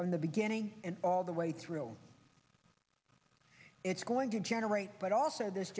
from the beginning and all the way through it's going to generate but also th